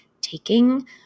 taking